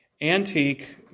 antique